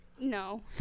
No